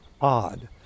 odd